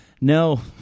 no